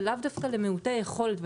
ולאו דווקא למיעוטי היכולת.